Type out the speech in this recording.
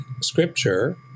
scripture